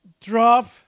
drop